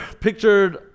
pictured